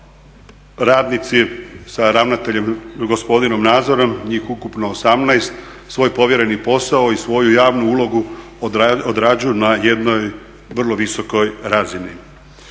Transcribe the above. radnici sa ravnateljem gospodinom Nazorom njih ukupno 18 svoj povjereni posao i svoju javnu ulogu odrađuju na jednoj vrlo visokoj razini.